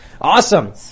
Awesome